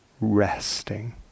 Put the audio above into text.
resting